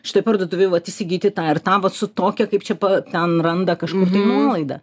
šitoj parduotuvėj vat įsigyti tą ir tą vat su tokia kaip čia pa ten randa kažkur tai nuolaidą